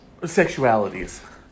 sexualities